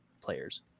players